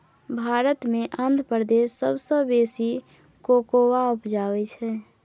भारत मे आंध्र प्रदेश सबसँ बेसी कोकोआ उपजाबै छै